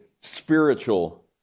spiritual